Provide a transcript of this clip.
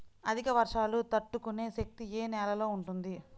అధిక వర్షాలు తట్టుకునే శక్తి ఏ నేలలో ఉంటుంది?